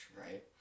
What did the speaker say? right